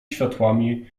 światłami